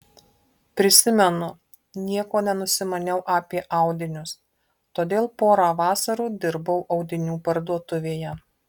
prisimenu nieko nenusimaniau apie audinius todėl porą vasarų dirbau audinių parduotuvėje